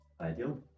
ideal